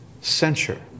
censure